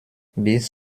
bis